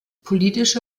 politische